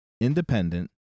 independent